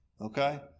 okay